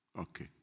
Okay